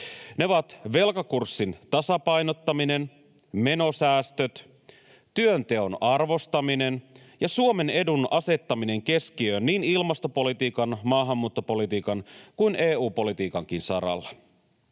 Ne ovat velkakurssin tasapainottaminen, menosäästöt, työnteon arvostaminen ja Suomen edun asettaminen keskiöön niin ilmastopolitiikan, maahanmuuttopolitiikan kuin EU-politiikankin saralla.